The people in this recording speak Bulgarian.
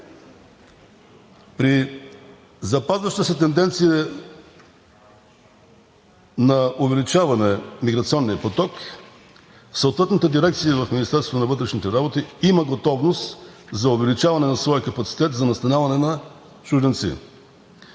При запазваща се тенденция на увеличаване на миграционния поток съответната дирекция в Министерството на вътрешните работи има готовност за увеличаване на своя капацитет за настаняване на чужденци.